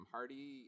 Hardy